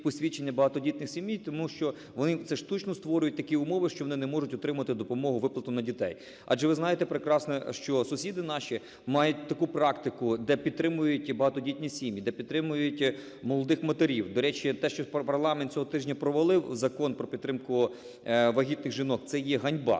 посвідчення багатодітних сімей. Тому що вони це штучно створюють такі умови, що вони не можуть отримати допомогу – виплату на дітей. Адже ви знаєте прекрасно, що сусіди наші мають таку практику, де підтримують багатодітні сім'ї, де підтримують молодих матерів. До речі, те, що парламент цього тижня провалив Закон про підтримку вагітних жінок – це є ганьба